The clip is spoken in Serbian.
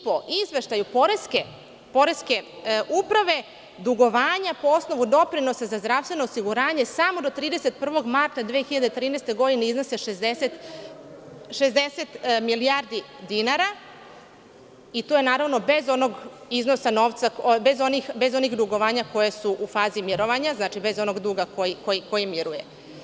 Po izveštaju poreske uprave dugovanja po osnovu doprinosa za zdravstveno osiguranje samo do 31. marta 2013. godine iznosi 60 milijardi dinara i to naravno bez onog iznosa novca, bez onih dugovanja koje su u fazi mirovanja, znači, bez duga koji miruje.